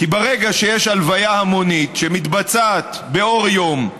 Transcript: כי ברגע שיש הלוויה המונית שמתבצעת באור יום,